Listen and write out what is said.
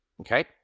Okay